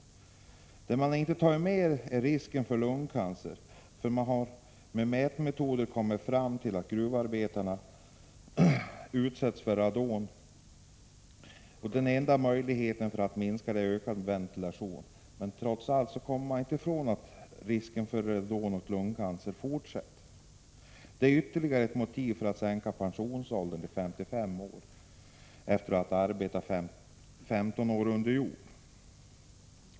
Något som inte tagits med är risken för lungcancer. Det finns mätningar som visar att gruvarbetarna utsätts för radon. Den enda möjligheten att minska radonhalten i luften är ökad ventilation, men det går ändå inte att helt komma ifrån radonet och risken för lungcancer. Det är ytterligare ett motiv för att sänka pensionsåldern till 55 år för dem som har arbetat 15 år under jord.